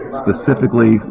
specifically